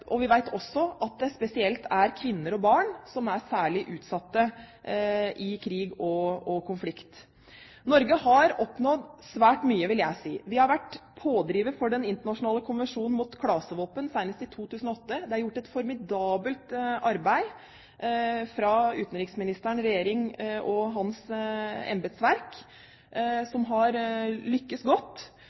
og konflikter. Vi vet også at det spesielt er kvinner og barn som er særlig utsatte i krig og konflikt. Norge har oppnådd svært mye, vil jeg si. Vi har vært pådriver for den internasjonale konvensjonen mot klasevåpen, senest i 2008. Det har vært gjort et formidabelt arbeid fra utenriksministeren, regjeringen og utenriksministerens embetsverk, som har lyktes godt,